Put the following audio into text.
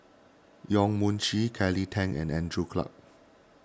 Yong Mun Chee Kelly Tang and Andrew Clarke